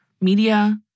media